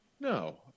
no